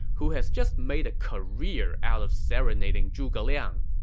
who has just made a career out of serenading zhuge liang.